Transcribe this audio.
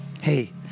hey